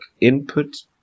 input